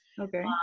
Okay